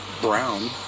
brown